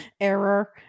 Error